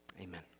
Amen